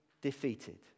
defeated